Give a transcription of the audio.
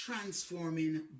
transforming